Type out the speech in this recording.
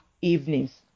evenings